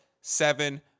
seven